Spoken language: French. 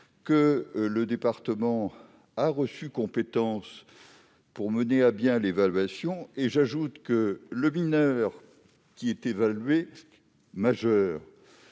Le département a reçu compétence pour mener à bien l'évaluation. Et le mineur qui est évalué majeur